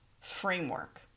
framework